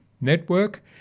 Network